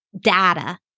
data